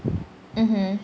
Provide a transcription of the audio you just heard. mmhmm